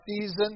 season